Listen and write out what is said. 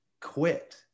quit